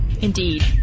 Indeed